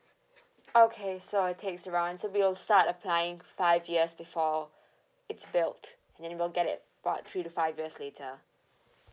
okay so it takes around to build start applying five years before it's built and then we'll get it about three to five years later